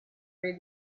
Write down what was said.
read